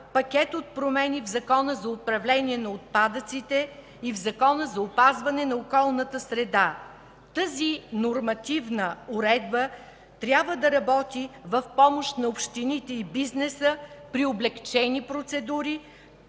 пакет от промени в Закона за управление на отпадъците и в Закона за опазване на околната среда. Тази нормативна уредба трябва да работи в помощ на общините и бизнеса при облекчени процедури,